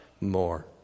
more